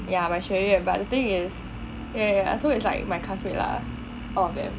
ya my 学院 but the thing is ya ya ya so it's like my classmates lah all of them